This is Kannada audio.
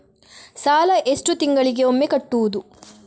ಸಾಲ ಎಷ್ಟು ತಿಂಗಳಿಗೆ ಒಮ್ಮೆ ಕಟ್ಟುವುದು?